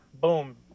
boom